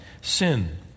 sin